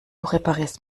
reparierst